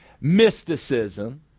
mysticism